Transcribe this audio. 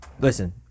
listen